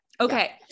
okay